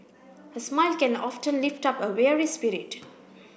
a smile can often lift up a weary spirit